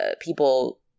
people –